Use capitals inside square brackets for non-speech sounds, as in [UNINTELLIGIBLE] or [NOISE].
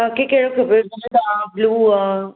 तव्हांखे कहिड़ो खपे [UNINTELLIGIBLE] ब्लू आहे